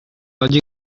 logic